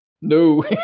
No